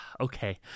Okay